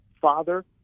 father